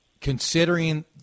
Considering